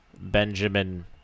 Benjamin